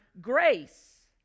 grace